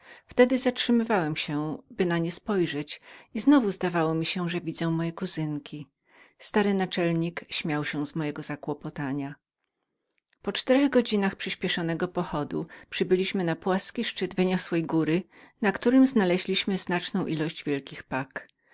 wtedy zatrzymywałem się i znowu zdawało mi się że widzę moje kuzynki tymczasem stary naczelnik śmiał się z moich kłopotów po czterech godzinach przyśpieszonego pochodu przybyliśmy na szczyt wyniosłej góry na którym znaleźliśmy znaczną ilość wielkich pak